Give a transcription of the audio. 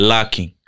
Lacking